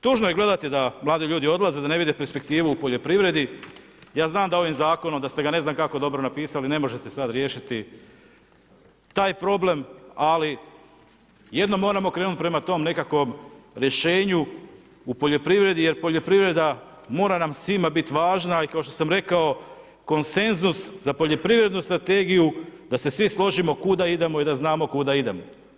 Tužno je gledati da mladi ljudi odlaze, da ne vide perspektivu u poljoprivredi, ja znam da ovim zakonom, da ste ne znam kako dobro napisali, ne možete sad riješiti taj problem, ali jednom moramo prema tom nekakvom rješenju u poljoprivredi jer poljoprivreda mora nam svima bit važna i kao što sam rekao, konsenzus za poljoprivrednu strategiju da se svi složimo kuda idemo i da znamo kuda idemo.